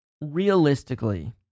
realistically